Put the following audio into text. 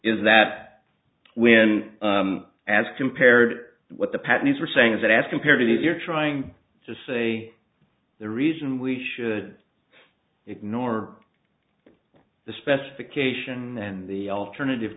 is that when as compared to what the patents were saying is that as compared to these you're trying to say the reason we should ignore the specification and the alternative